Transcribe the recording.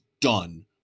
done